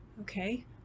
Okay